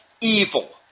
evil